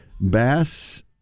Bass